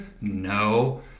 No